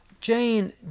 Jane